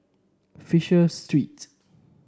Fisher Street